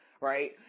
right